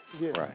Right